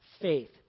faith